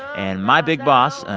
and my big boss,